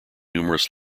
numerous